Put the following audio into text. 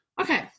Okay